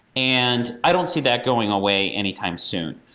and i don't see that going away anytime soon.